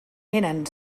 eren